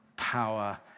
Power